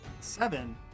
seven